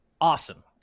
awesome